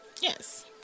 Yes